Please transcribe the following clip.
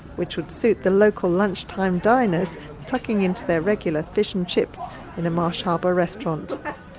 which would suit the local lunchtime diners tucking into their regular fish and chips in a marsh harbour restaurant.